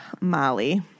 Molly